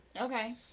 Okay